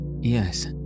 Yes